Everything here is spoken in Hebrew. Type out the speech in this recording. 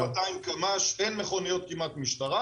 כולם כמאתיים קמ"ש, אין מכוניות משטרה כמעט.